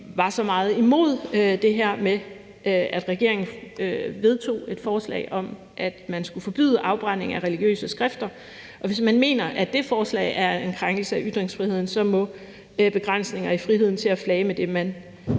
var så meget imod det her med, at regeringen vedtog et forslag om, at man skulle forbyde afbrænding af religiøse skrifter, og hvis man mener, at det forslag er en krænkelse af ytringsfriheden, må begrænsninger af friheden til at flage med det, man